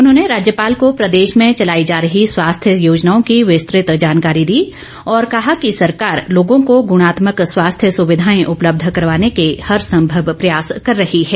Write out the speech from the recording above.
उन्होंने राज्यपाल को प्रदेश में चलाई जा रही स्वस्थ्य योजनाओं की विस्तृत जानकारी दी और कहा कि सरकार लोगों को गुणात्मक स्वास्थ्य सुविधाएं उपलब्ध करवाने के हरसंभव प्रयास कर रही है